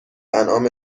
انعام